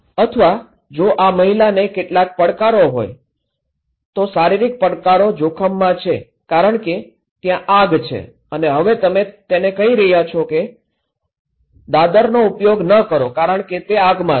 અથવા જો આ મહિલાને કેટલાક પડકારો હોય તો શારીરિક પડકારો જોખમમાં છે કારણ કે ત્યાં આગ છે અને હવે તમે તેને કહી રહ્યા છો કે દાદરનો ઉપયોગ ન કરો કારણ કે તે આગમાં છે